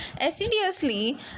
assiduously